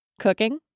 cooking